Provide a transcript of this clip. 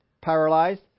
paralyzed